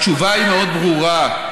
התשובה היא מאוד ברורה,